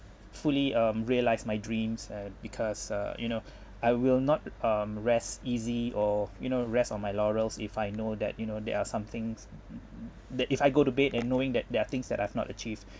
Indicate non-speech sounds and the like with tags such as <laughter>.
fully um realised my dreams and because uh you know <breath> I will not um rest easy or you know rest on my laurels if I know that you know there are somethings <noise> that if I go to bed and knowing that there are things that I've not achieved